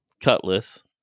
Cutlass